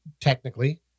technically